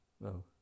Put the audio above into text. No